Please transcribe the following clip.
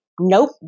Nope